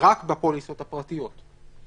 רק בפוליסות הפרטיות.